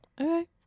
Okay